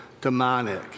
demonic